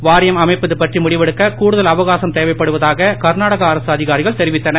வாரியம் அமைப்பது பற்றி முடிவெடுக்க கூடுதல் அவகாசம் தேவைப்படுவதாக கர்நாடகா அரசு அதிகாரிகள் தெரிவித்தனர்